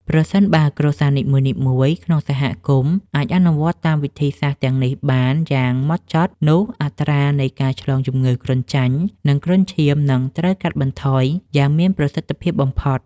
ប្រសិនបើគ្រួសារនីមួយៗក្នុងសហគមន៍អាចអនុវត្តតាមវិធីសាស្ត្រទាំងនេះបានយ៉ាងម៉ត់ចត់ នោះអត្រានៃការឆ្លងជំងឺគ្រុនចាញ់ និងគ្រុនឈាមនឹងត្រូវកាត់បន្ថយយ៉ាងមានប្រសិទ្ធភាពបំផុត។